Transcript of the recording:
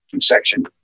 section